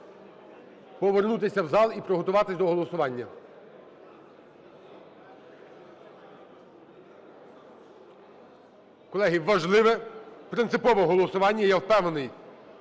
повернутися в зал і приготуватися до голосування. Колеги, важливе, принципове голосування, і я впевнений,